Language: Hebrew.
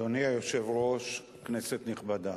אדוני היושב-ראש, כנסת נכבדה,